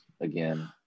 again